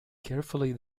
carefully